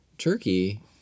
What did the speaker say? Turkey